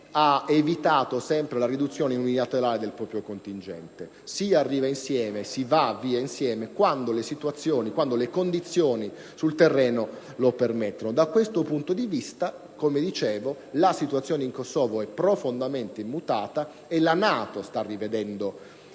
di procedere ad una riduzione unilaterale del proprio contingente: si arriva insieme e si va via insieme, quando le condizioni sul terreno lo permettono. Da questo punto di vista, come dicevo, la situazione in Kosovo è profondamente mutata. La NATO sta rivedendo